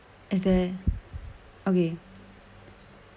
is there okay